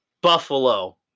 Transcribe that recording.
Buffalo